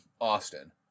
Austin